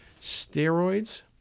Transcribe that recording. steroids